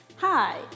Hi